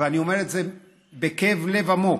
אני אומר את זה בכאב לב עמוק,